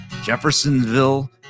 Jeffersonville